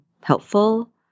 helpful